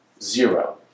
Zero